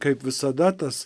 kaip visada tas